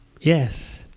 Yes